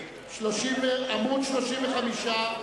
עמוד 35,